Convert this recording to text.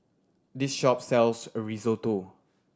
this shop sells Risotto